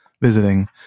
visiting